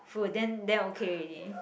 full then then okay already